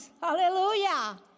Hallelujah